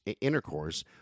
intercourse